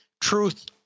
truth